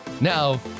Now